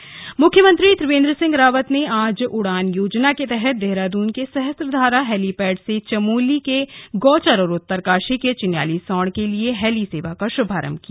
उड़ान हैली सेवा मुख्यमंत्री त्रिवेन्द्र सिंह रावत ने आज उड़ान योजना के तहत देहरादून के सहस्त्रधारा हैलीपैड से चमोली के गौचर और उत्तरकाशी के चिन्यालीसौड़ के लिए हैली सेवा का शुभारम्भ किया